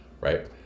right